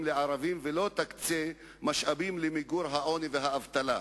לערבים ולא תקצה משאבים למיגור העוני והאבטלה.